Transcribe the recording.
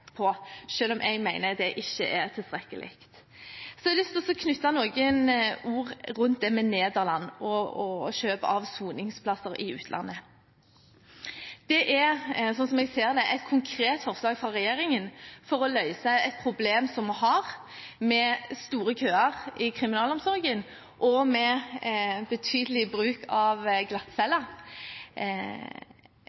om jeg mener det ikke er tilstrekkelig. Så har jeg lyst til å knytte noen ord til det med Nederland og kjøp av soningsplasser i utlandet. Det er, sånn som jeg ser det, et konkret forslag fra regjeringen for å løse et problem som vi har, med store køer i kriminalomsorgen og med betydelig bruk